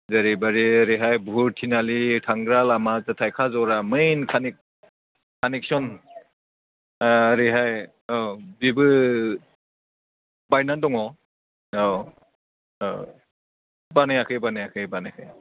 जेरैबायदि ओरैहाय बुहुर थिनालि थांग्रा लामा थाइखा जरा मेइन कानेक्ट कानेक्टसन ओरैहाय औ बेबो बायनानै दङ औ औ बानायाखै बानायाखै बानायाखै